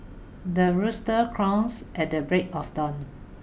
the rooster crows at the break of dawn